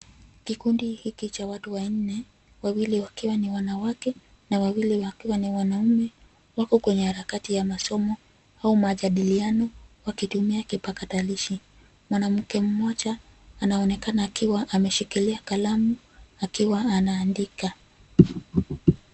Kikundi hiki cha watu wanne, wawili wakiwa ni wanawake na wawili wakiwa ni wanaume, wako kwenye harakati ya masomo au majadiliano wakitumia kipakatalishi. Mwanamke mmoja anaonekana akiwa ameshikilia kalamu akiwa anaandika.